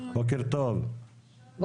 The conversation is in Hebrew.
בוקר טוב, בבקשה.